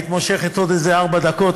היית מושכת עוד איזה ארבע דקות,